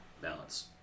balance